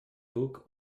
boek